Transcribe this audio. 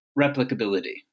replicability